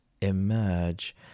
emerge